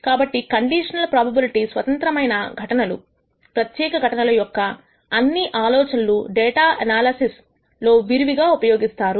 కాబట్టి conditional probability స్వతంత్రమైన ఘటనలు ప్రత్యేకమైన ఘటనలు యొక్క అన్ని ఆలోచనలు డేటా ఎనాలసిస్ లో విరివిగా ఉపయోగిస్తారు